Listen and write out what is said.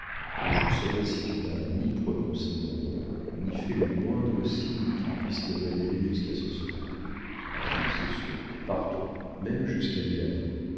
et je saurai si tu n'as ni prononcé mon nom ni fait le moindre signe qui puisse le révéler jusqu'à ce soir à qui que ce soit partout même jusqu'à l'isle-adam